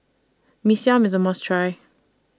Mee Siam IS A must Try